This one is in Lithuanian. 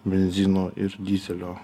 benzino ir dyzelio